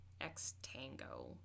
X-Tango